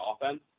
offense